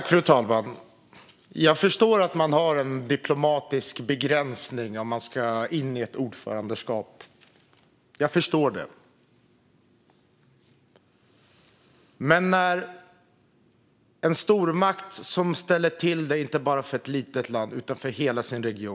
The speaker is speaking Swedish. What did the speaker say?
Fru talman! Jag förstår att man har en diplomatisk begränsning om man ska in i ett ordförandeskap. Men nu är det fråga om en stormakt som ställer till det inte bara för ett litet land utan för hela sin region.